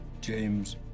James